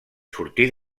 sortir